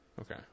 Okay